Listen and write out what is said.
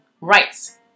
rights